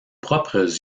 propres